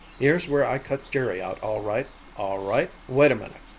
here's where i cut jerry out all right, all right! wait a minute!